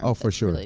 ah for sure, like